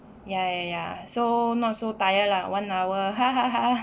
ya ya ya so not so tired lah one hour